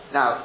Now